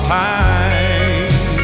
time